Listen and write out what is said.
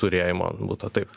turėjimo butą taip